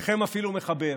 חלקכם אפילו מחבב,